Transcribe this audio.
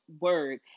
word